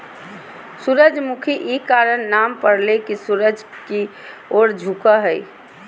सूरजमुखी इ कारण नाम परले की सूर्य की ओर झुको हइ